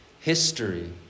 history